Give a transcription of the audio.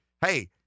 Hey